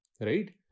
Right